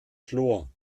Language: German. chlor